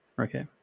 Okay